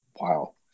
Wow